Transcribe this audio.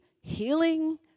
healing